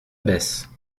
baisse